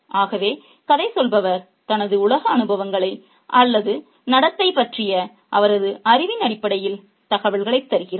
ஆகவே கதை சொல்பவர் தனது உலக அனுபவங்கள் அல்லது நடந்ததைப் பற்றிய அவரது அறிவின் அடிப்படையில் தகவல்களைத் தருகிறார்